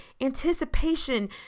anticipation